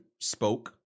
spoke